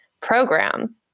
program